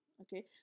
okay